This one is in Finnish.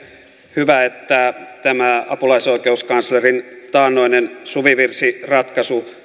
hyvä että tämä apulaisoikeuskanslerin taannoinen suvivirsiratkaisu